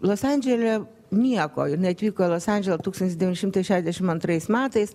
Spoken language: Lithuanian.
los andželyje nieko jinai atvyko į los andželą tūkstantis devyni šimtai šešiasdešim antrais metais